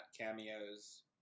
cameos